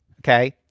okay